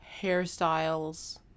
hairstyles